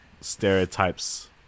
stereotypes